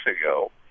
ago